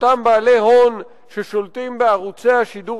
אותם בעלי הון ששולטים בערוצי השידור